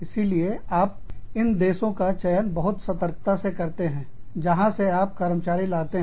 इसीलिए आप इन देशों का चयन बहुत सतर्कता से करते हैं जहां से आप कर्मचारी लाते हैं